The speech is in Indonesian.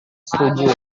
setuju